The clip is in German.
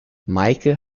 meike